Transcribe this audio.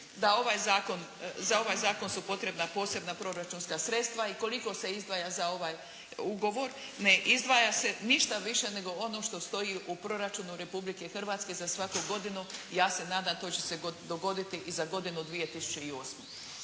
za ovaj zakon su potrebna posebna proračunska sredstva i koliko se izdvaja za ovaj ugovor. Ne izdvaja se ništa više nego ono što stoji u Proračunu Republike Hrvatske za svaku godinu. Ja se nadam to će se dogoditi i za godinu 2008.